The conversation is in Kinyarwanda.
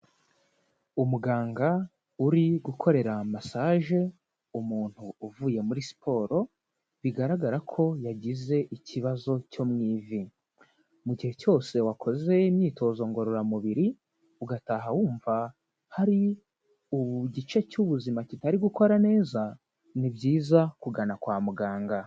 Umuganga uri gukorera masage umuntu uvuye muri siporo, bigaragara ko yagize ikibazo cyo mu ivi, mu gihe cyose wakoze imyitozo ngororamubiri, ugataha wumva hari igice cy'ubuzima kitari gukora neza ni byiza kugana kwa muganga.